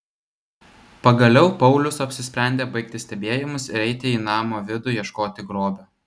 pagaliau paulius apsisprendė baigti stebėjimus ir eiti į namo vidų ieškoti grobio